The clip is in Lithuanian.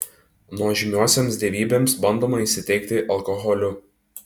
nuožmiosioms dievybėms bandoma įsiteikti alkoholiu